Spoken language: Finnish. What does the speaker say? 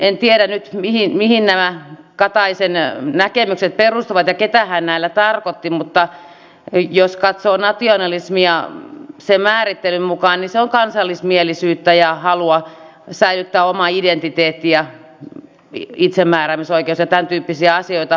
en tiedä nyt mihin nämä kataisen näkemykset perustuvat ja keitä hän näillä tarkoitti mutta jos katsoo nationalismia sen määrittelyn mukaan niin se on kansallismielisyyttä ja halua säilyttää oma identiteetti ja itsemääräämisoikeus ja tämäntyyppisiä asioita